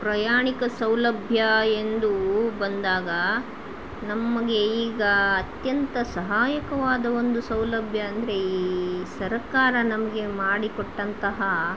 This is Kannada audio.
ಪ್ರಯಾಣಿಕ ಸೌಲಭ್ಯ ಎಂದು ಬಂದಾಗ ನಮಗೆ ಈಗ ಅತ್ಯಂತ ಸಹಾಯಕವಾದ ಒಂದು ಸೌಲಭ್ಯ ಅಂದರೆ ಈ ಸರಕಾರ ನಮಗೆ ಮಾಡಿಕೊಟ್ಟಂತಹ